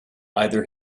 either